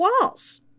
walls